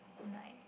at night